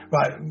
Right